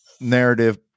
narrative